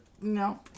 no